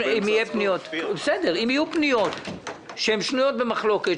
אם יהיו פניות שהן שנויות במחלוקת,